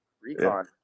Recon